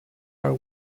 are